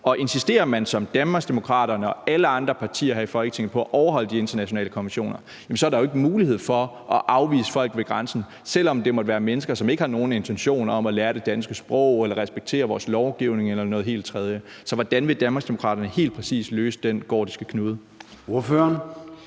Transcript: insisterer man som Danmarksdemokraterne og alle andre partier her i Folketinget på at overholde de internationale konventioner, er der jo ikke mulighed for at afvise folk ved grænsen, selv om det måtte være mennesker, som ikke har nogen intentioner om at lære det danske sprog, respektere vores lovgivning eller noget helt tredje. Så hvordan vil Danmarksdemokraterne helt præcis løse den gordiske knude? Kl.